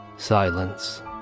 silence